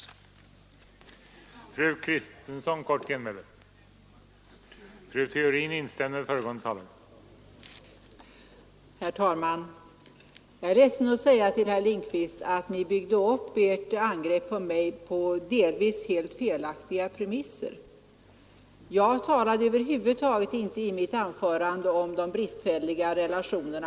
I detta anförande instämde fru Theorin .